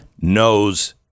knows